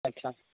अच्छा